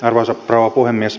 arvoisa rouva puhemies